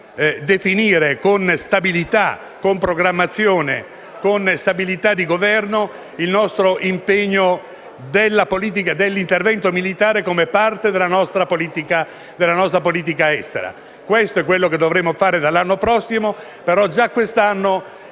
definire con una programmazione stabile del Governo, il nostro impegno nell'intervento militare come parte della nostra politica estera. Questo è quello che dovremmo fare dall'anno prossimo ma già quest'anno